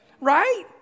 right